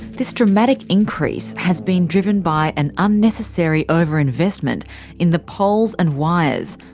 this dramatic increase has been driven by an unnecessary overinvestment in the poles and wires,